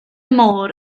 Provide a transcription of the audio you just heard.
môr